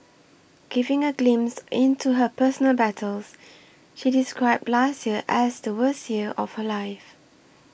giving a glimpse into her personal battles she described last year as the worst year of her life